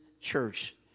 church